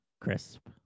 Crisp